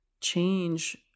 change